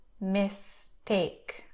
mistake